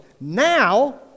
now